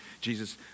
Jesus